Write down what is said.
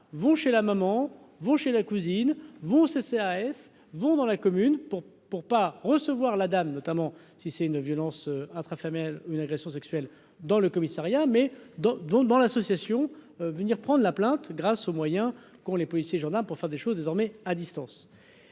vont chez la maman vont chez la cousine vont CCAS vont dans la commune pour pour pas recevoir la dame notamment si c'est une violence intrafamiliale une agression sexuelle dans le commissariat, mais dont dont dans l'association venir prendre la plainte grâce au moyen qu'ont les policiers gendarmes pour faire des choses désormais à distance,